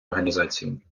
організації